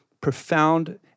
profound